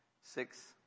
six